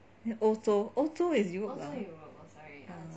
欧洲欧洲 is europe lah ya